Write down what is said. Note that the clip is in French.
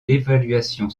l’évaluation